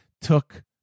took